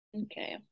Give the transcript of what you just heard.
Okay